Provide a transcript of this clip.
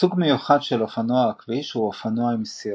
סוג מיוחד של אופנוע הכביש הוא אופנוע עם "סירה".